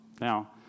Now